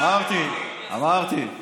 אמרנו לך: